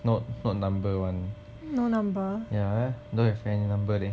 no number